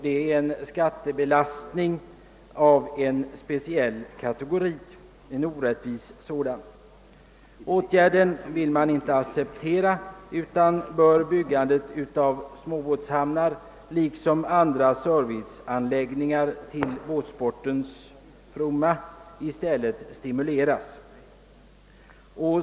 Det är en skattebelastning av en speciell kategori — en orättvis sådan. Den åtgärden bör man inte acceptera, utan i stället bör byggandet av småbåtshamnar liksom av andra serviceanläggningar till båtsportens fromma stimuleras.